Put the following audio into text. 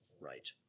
right